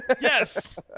Yes